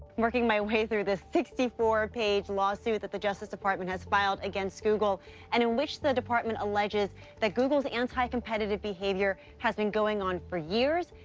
working my way through the sixty four page lawsuit that the justice department has filed against google and in which the department alleges that google's anti-competitive behavior has been going on for years.